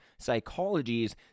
psychologies